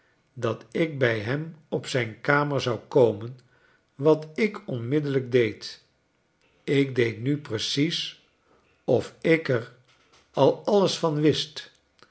dat ik bij hem op zijn kamer zou komen wat ik onmiddellijk deed ik deed nu precies of ik er al alles van wist